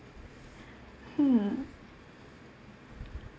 hmm